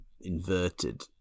inverted